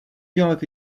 dělat